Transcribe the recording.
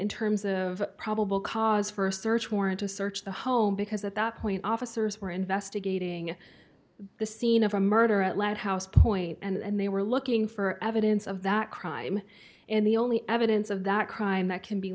in terms of probable cause for a search warrant to search the home because at that point officers were investigating the scene of a murder at let house point and they were looking for evidence of that crime and the only evidence of that crime that can be